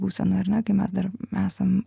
būsenoj ar ne kai mes dar esam